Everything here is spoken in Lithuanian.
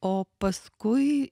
o paskui